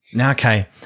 Okay